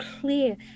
clear